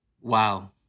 Wow